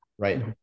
Right